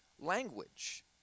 language